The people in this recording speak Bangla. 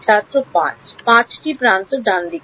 ছাত্র ৫ 5 টি প্রান্ত ডানদিকে